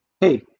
hey